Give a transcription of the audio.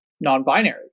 non-binary